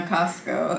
Costco